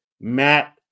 Matt